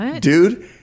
dude